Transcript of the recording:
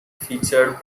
featured